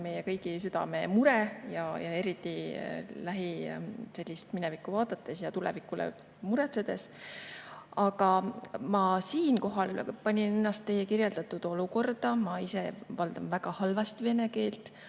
meie kõigi südamemure, eriti lähiminevikku vaadates ja tuleviku üle muretsedes. Aga ma siinkohal panin ennast teie kirjeldatud olukorda. Ma ise valdan väga halvasti vene keelt,